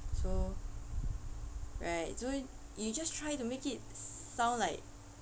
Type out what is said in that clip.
so right so you just try to make it sound like